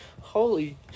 Holy